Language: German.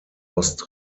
ost